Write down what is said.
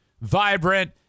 vibrant